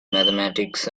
mathematics